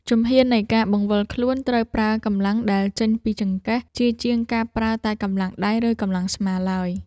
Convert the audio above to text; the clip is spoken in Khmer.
ជំហាននៃការបង្វិលខ្លួនត្រូវប្រើកម្លាំងដែលចេញពីចង្កេះ ជាជាងការប្រើតែកម្លាំងដៃ ឬកម្លាំងស្មាឡើយ។